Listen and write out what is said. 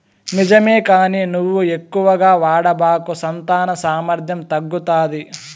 నిజమే కానీ నువ్వు ఎక్కువగా వాడబాకు సంతాన సామర్థ్యం తగ్గుతాది